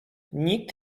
nikt